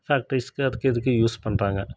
ஃபேக்ட்ரீஸுக்கு அதுக்கு இதுக்கு யூஸ் பண்ணுறாங்க